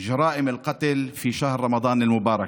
שישה קורבנות רצח בחודש רמדאן המבורך:)